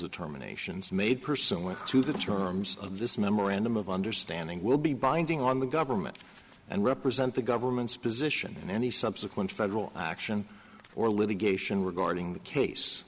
determinations made pursuant to the terms of this memorandum of understanding will be binding on the government and represent the government's position and any subsequent federal action or litigation regarding the case